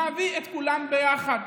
נביא את כולם ביחד.